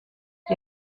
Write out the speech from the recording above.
die